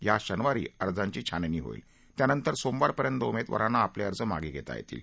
या शनिवारी अर्जांची छाननी होईल त्यानंतर सोमवारपर्यंत उमेदवारांना आपले अर्ज मागे घेता येतील